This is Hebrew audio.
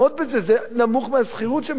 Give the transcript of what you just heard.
זה נמוך מהשכירות שהם משלמים היום.